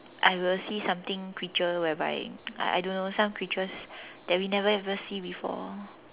I will see something creature whereby I I don't know some creatures that we never even see before